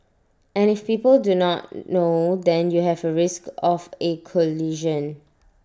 and if people do not know then you have A risk of A collision